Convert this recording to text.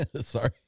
Sorry